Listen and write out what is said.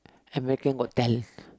America's-Got-Talent